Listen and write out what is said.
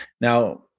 Now